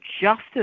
justice